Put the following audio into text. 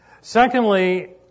Secondly